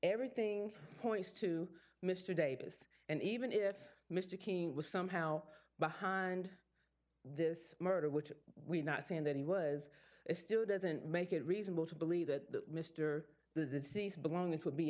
everything points to mr davis and even if mr keene was somehow behind this murder which we're not saying that he was it still doesn't make it reasonable to believe that mr the deceased belongings would be